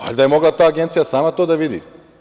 Valjda je mogla ta agencija sama to da vidi.